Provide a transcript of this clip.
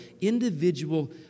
individual